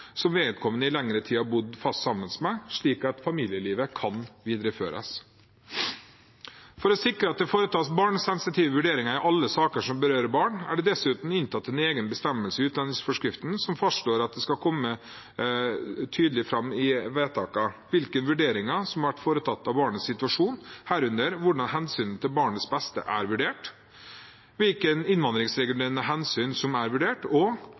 som vedkommende i lengre tid har bodd fast sammen med, slik at familielivet kan videreføres. For å sikre at det foretas barnesensitive vurderinger i alle saker som berører barn, er det dessuten inntatt en egen bestemmelse i utlendingsforskriften som fastslår at det skal komme tydelig fram i vedtakene hvilke vurderinger som har vært foretatt av barnets situasjon, herunder hvordan hensynet til barnets beste er vurdert, hvilke innvandringsregulerende hensyn som er vurdert, og